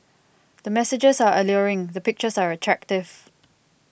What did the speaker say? the messages are alluring the pictures are attractive